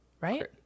Right